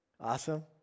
Awesome